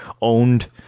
owned